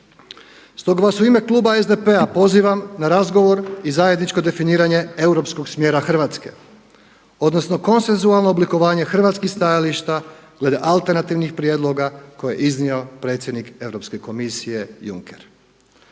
Stoga vas u ime kluba SDP-a pozivam na razgovor i zajedničko definiranje europskog smjera Hrvatske odnosno konsensualno oblikovanje hrvatskih stajališta glede alternativnih prijedloga koje je iznio predsjednik Europske komisije Juncker.